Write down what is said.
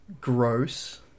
gross